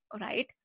right